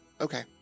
Okay